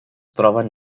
troben